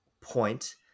point